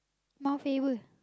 Mount-Faber